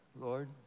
Lord